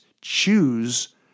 Choose